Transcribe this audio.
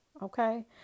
Okay